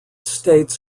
states